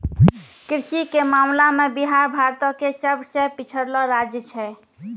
कृषि के मामला मे बिहार भारतो के सभ से पिछड़लो राज्य छै